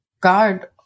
guard